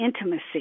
intimacy